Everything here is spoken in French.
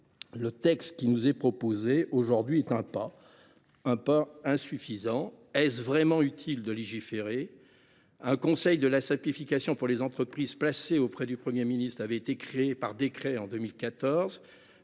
Le texte qu’il nous est proposé d’adopter est un pas, mais un pas insuffisant. Est il vraiment utile de légiférer ? Un conseil de la simplification pour les entreprises, placé sous l’autorité du Premier ministre avait déjà été créé par décret en 2014.